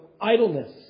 idleness